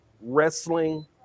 wrestling